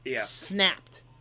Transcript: snapped